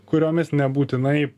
kuriomis nebūtinai